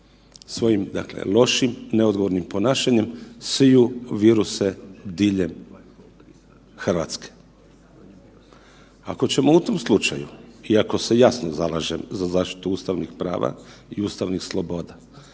svojim dakle, lošim neodgovornim ponašanjem siju viruse diljem Hrvatske. Ako ćemo u tom slučaju iako se jasno zalažem za zaštitu ustavnih prava i ustavnih sloboda,